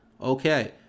okay